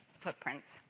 footprints